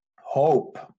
hope